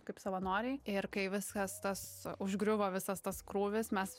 kaip savanoriai ir kai viskas tas užgriuvo visas tas krūvis mes